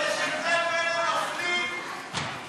משפחות חיילים שנספו במערכה (תגמולים ושיקום)